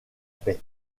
paix